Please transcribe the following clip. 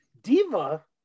diva